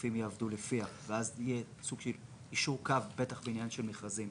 שגופים יעבדו לפיה ואז יהיה סוג של יישור קו בטח בעניין של מכרזים.